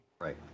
Right